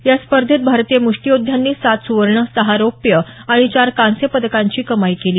या स्पर्धेत भारतीय मुष्टियोद्ध्यांनी सात सुवर्ण सहा रौप्य आणि चार कांस्य पदकांची कमाई केली